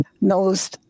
knows